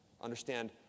Understand